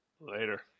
Later